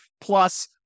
plus –